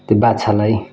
त्यो बाछालाई